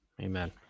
Amen